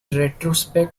retrospect